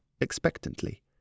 expectantly